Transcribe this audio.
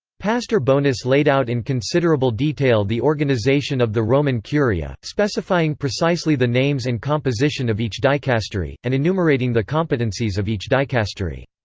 pastor bonus laid out in considerable considerable detail the organisation of the roman curia, specifying precisely the names and composition of each dicastery, and enumerating the competencies of each dicastery.